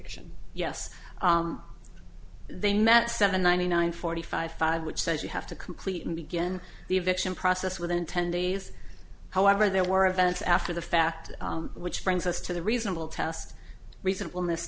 fiction yes they meant seven ninety nine forty five five which says you have to complete and begin the eviction process within ten days however there were events after the fact which brings us to the reasonable test reasonable